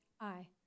Aye